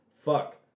fuck